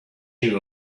you